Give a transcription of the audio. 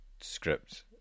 scripts